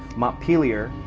montpelier,